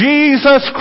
Jesus